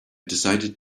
decided